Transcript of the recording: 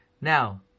Now